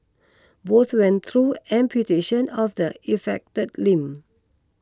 both went through amputation of the affected limb